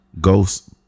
Ghost